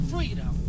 Freedom